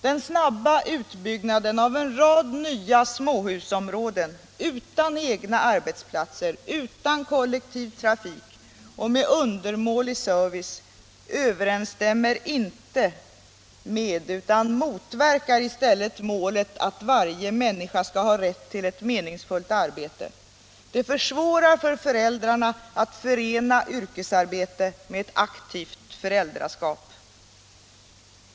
Den snabba utbyggnaden av en rad nya småhusområden utan egna arbetsplatser, utan kollektivtrafik och med undermålig service överensstämmer inte med utan motverkar i stället målet att varje människa skall ha ” rätt till ett meningsfyllt arbete. Det försvårar för föräldrarna att förena yrkesarbete med ett aktivt föräldraskap.